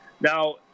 Now